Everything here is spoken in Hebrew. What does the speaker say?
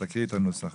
תקריאי את הנוסח,